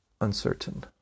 uncertain